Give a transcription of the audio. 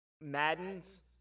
Maddens